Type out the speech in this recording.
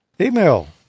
Email